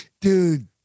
dude